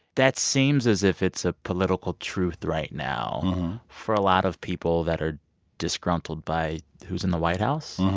that seems as if it's a political truth right now for a lot of people that are disgruntled by who's in the white house.